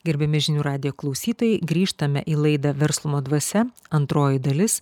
gerbiami žinių radijo klausytojai grįžtame į laidą verslumo dvasia antroji dalis